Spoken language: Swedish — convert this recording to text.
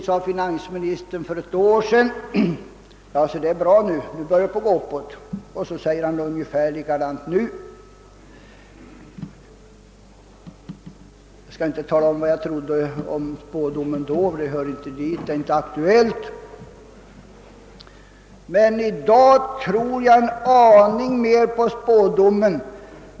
Finansministern sade för ett år sedan, att nu börjar det gå uppåt, och han säger ungefär detsamma nu. Jag skall inte tala om vad jag trodde om spådomen då; det är inte aktuellt. Men i dag tror jag en aning mer på den.